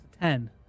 Ten